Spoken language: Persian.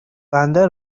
بنده